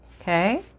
Okay